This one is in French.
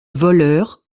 voleur